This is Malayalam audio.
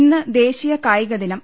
ഇന്ന് ദേശീയ കായികദിനം